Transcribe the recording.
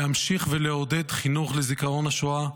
להמשיך ולעודד חינוך לזיכרון השואה,